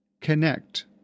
connect